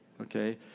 Okay